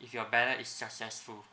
if your ballot is successful